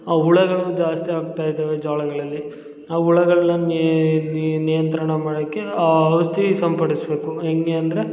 ಆ ಹುಳಗಳು ಜಾಸ್ತಿ ಆಗ್ತಾ ಇದಾವೆ ಜೋಳಗಳಲ್ಲಿ ಆ ಹುಳಗಳಲ್ ಹೆಂಗೇ ನಿಯಂತ್ರಣ ಮಾಡಕ್ಕೆ ಆ ಔಷಧಿ ಸಿಂಪಡಿಸ್ಬೇಕು ಹೇಗೆ ಅಂದರೆ